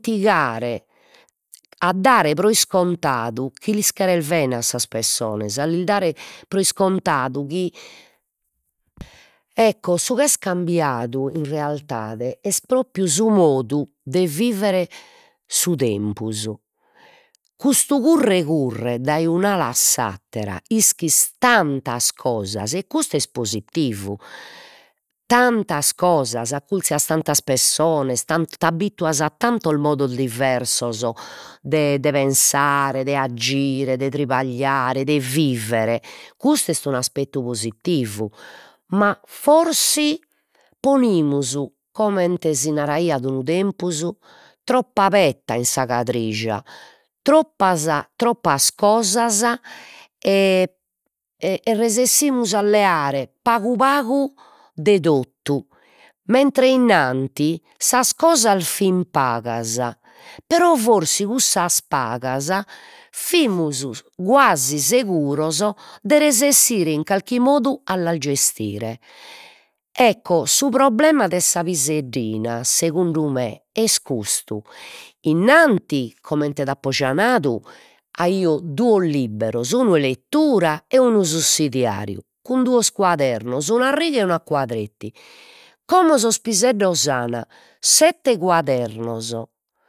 Tigare, a dare pro iscontadu chi lis cheres bene a sas pessonas, a lis dare pro iscontadu chi, ecco su ch'est cambiadu in realidade est propriu su modu de viver su tempus, custu curre' curre' dai un'ala a s'attera, ischis tantas cosas, e custu est positivu, tantas cosas, accurzias tantas pessonas, t'abbituas a tantos modos diversos de pensare, de aggire, de tribagliare, de vivere, custu est un'aspettu positivu, ma forsi ponimus comente si naraiat unu tempus troppa petta in sa troppas troppas cosas e resessimus a leare pagu pagu de totu, mentre innanti sas cosas fin pagas, però forsi cussas pagas fimus guasi seguros de resessire in carchi modu a las gestire, ecco su problema de sa piseddina segundu me est custu, innanti comente t'apo già nadu aio duos libberos, unu 'e lettura e unu sussidiariu, cun duos cuadernos, unu a rigas e unu a cuadrettes, como sos piseddos an sette cuadernos